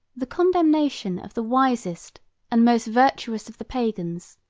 the condemnation of the wisest and most virtuous of the pagans,